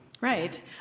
Right